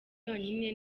yonyine